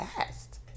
asked